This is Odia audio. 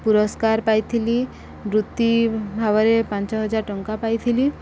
ପୁରସ୍କାର ପାଇଥିଲି ବୃତ୍ତି ଭାବରେ ପାଞ୍ଚ ହଜାର ଟଙ୍କା ପାଇଥିଲି